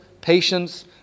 patience